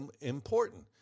important